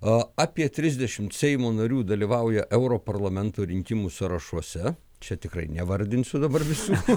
a apie trisdešimt seimo narių dalyvauja europarlamento rinkimų sąrašuose čia tikrai nevardinsiu dabar visų